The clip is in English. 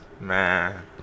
Man